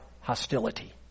hostility